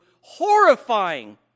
horrifying